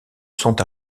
sont